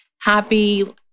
happy